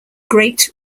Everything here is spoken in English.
great